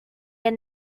your